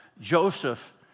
Joseph